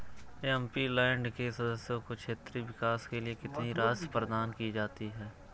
MP land के सदस्यों को क्षेत्रीय विकास के लिए कितनी राशि प्रदान की जाती है?